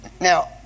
Now